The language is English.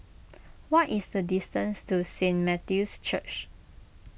what is the distance to Saint Matthew's Church